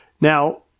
Now